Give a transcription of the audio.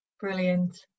Brilliant